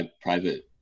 private